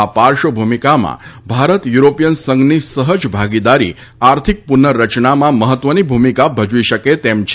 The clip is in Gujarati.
આ પાર્શ્વભૂમિકામાં ભારત યુરોપિયન સંઘની સહજ ભાગીદારી આર્થિક પુનર્રચનામાં મહત્વની ભૂમિકા ભજવી શકે તેમ છે